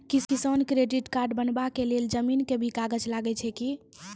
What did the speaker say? किसान credit card बनबा के लेल जमीन के भी कागज लागै छै कि?